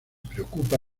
preocupa